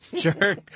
Sure